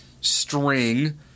string